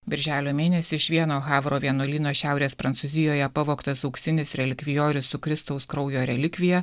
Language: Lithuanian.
birželio mėnesį iš vieno havro vienuolyno šiaurės prancūzijoje pavogtas auksinis relikvijorius su kristaus kraujo relikvija